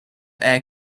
air